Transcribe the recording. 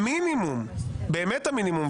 המינימום באמת המינימום,